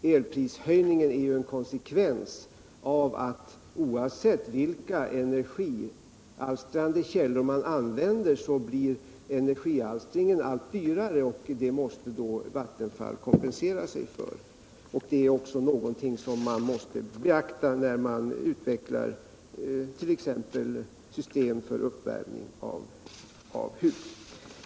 Elprishöjningen är ju en konsekvens av att oavsett vilka energialstrande källor man använder blir energialstringen allt dyrare. Vattenfall måste kompensera sig för detta, och det är också någonting som man måste beakta, när man utvecklar t.ex. system för uppvärmning av hus.